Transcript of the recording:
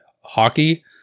hockey